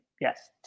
Yes